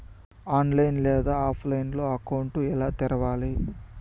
online లేదా ఆఫ్లైన్లో account ఎలా తెరవాలి